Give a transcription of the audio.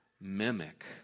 mimic